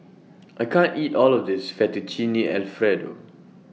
I can't eat All of This Fettuccine Alfredo